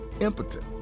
impotent